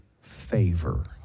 favor